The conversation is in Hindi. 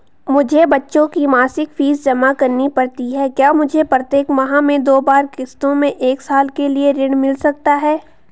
मुझे बच्चों की मासिक फीस जमा करनी पड़ती है क्या मुझे प्रत्येक माह में दो बार किश्तों में एक साल के लिए ऋण मिल सकता है?